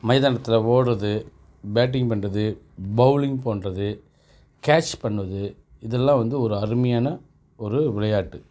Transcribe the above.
மைதானத்தில் ஓடுறது பேட்டிங் பண்ணுறது பௌலிங் போடுறது கேட்ச் பண்ணுவது இதெல்லாம் வந்து ஒரு அருமையான ஒரு விளையாட்டு